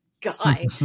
guy